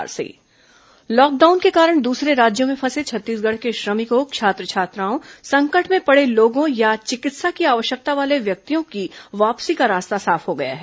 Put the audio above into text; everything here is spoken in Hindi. कोरोना श्रमिक स्पेशल ट्रेन लॉकडाउन के कारण दूसरे राज्यों में फंसे छत्तीसगढ़ के श्रमिकों छात्र छात्राओं संकट में पड़े लोगों या चिकित्सा की आवश्यकता वाले व्यक्तियों की वापसी का रास्ता साफ हो गया है